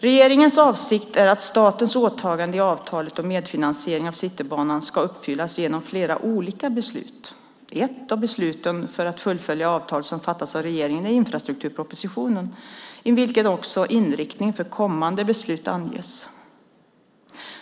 Regeringens avsikt är att statens åtaganden i avtalet om medfinansiering av Citybanan ska uppfyllas genom flera olika beslut. Ett av besluten för att fullfölja avtalet som fattats av regeringen är infrastrukturpropositionen, i vilken också inriktningen för kommande beslut anges.